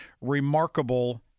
remarkable